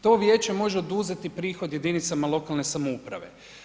To vijeće može oduzeti prihod jedinicama lokalne samouprave.